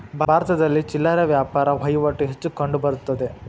ಭಾರತದಲ್ಲಿ ಚಿಲ್ಲರೆ ವ್ಯಾಪಾರ ವಹಿವಾಟು ಹೆಚ್ಚು ಕಂಡುಬರುತ್ತದೆ